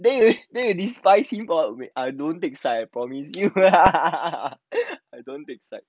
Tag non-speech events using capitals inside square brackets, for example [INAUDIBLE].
then you then you despise for what I don't take side I promise you lah [LAUGHS] I don't take side